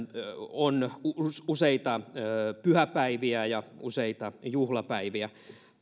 on useita pyhäpäiviä ja useita juhlapäiviä